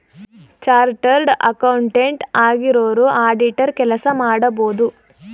chartered accountant ಆಗಿರೋರು auditor ಕೆಲಸ ಮಾಡಬೋದು